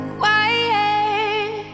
quiet